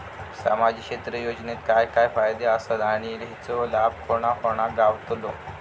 सामजिक क्षेत्र योजनेत काय काय फायदे आसत आणि हेचो लाभ कोणा कोणाक गावतलो?